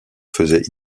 faisait